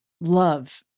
love